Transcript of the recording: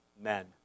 men